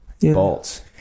bolts